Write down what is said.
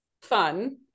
fun